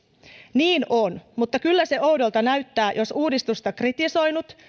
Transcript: niin on mutta kyllä se oudolta näyttää jos uudistusta kritisoinut